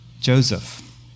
Joseph